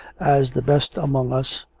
as the best among us,